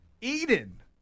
Eden